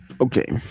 Okay